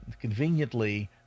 conveniently